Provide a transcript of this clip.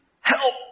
help